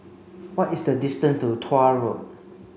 what is the distance to Tuah Road